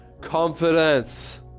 confidence